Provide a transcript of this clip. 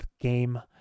game